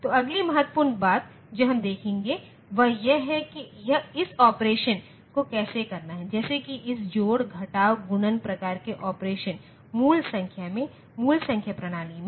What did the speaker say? तो अगली महत्वपूर्ण बात जो हम देखेंगे वह यह है कि इस ऑपरेशन को कैसे करना है जैसे कि इस जोड़ घटाव गुणन प्रकार के ऑपरेशन मूल संख्या में मूल संख्या प्रणालियों में